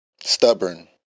stubborn